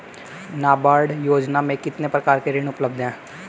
नाबार्ड योजना में कितने प्रकार के ऋण उपलब्ध हैं?